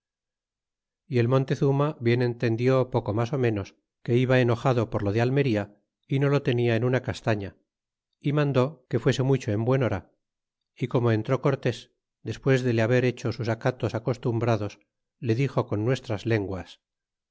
y el montezuma bien entendió poco mas ó menos que iba enojado por lo de almeria y no lo tenia en una castaña y mandó que fuese mucho en buen hora y como entró cortés despues de le haber hecho sus acatos acostumbrados le dixo con nuestras lenguas